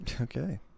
Okay